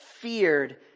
feared